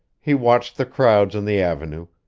he watched the crowds on the avenue,